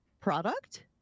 product